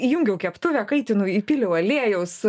įjungiau keptuvę kaitinu įpyliau aliejaus